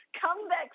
Comeback